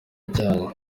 cyanyu